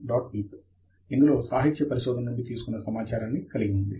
bib ఇందులో సాహిత్య పరిశోధన నుండి తీసుకున్న సమాచారాన్ని కలిగి ఉంది